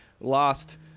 lost